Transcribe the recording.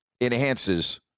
enhances